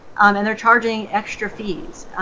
and they're charging extra fees.